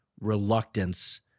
reluctance